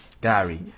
Gary